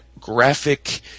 graphic